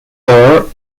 door